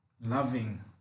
loving